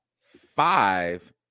five